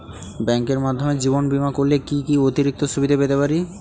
ব্যাংকের মাধ্যমে জীবন বীমা করলে কি কি অতিরিক্ত সুবিধে পেতে পারি?